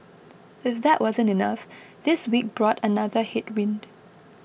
if that wasn't enough this week brought another headwind